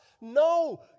No